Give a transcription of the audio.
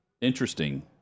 interesting